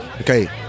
Okay